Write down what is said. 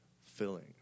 filling